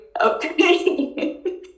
okay